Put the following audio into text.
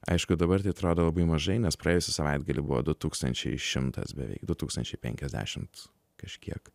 aišku dabar tai atrodo labai mažai nes praėjusį savaitgalį buvo du tūkstančiai šimtas beveik du tūkstančiai penkiasdešimt kažkiek